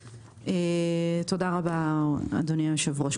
תודה רבה, אדוני היושב-ראש.